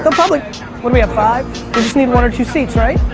they'll probably, what do we have, five? we just need one or two seats, right?